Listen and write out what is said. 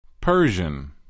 Persian